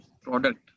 product